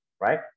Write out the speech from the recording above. right